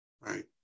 Right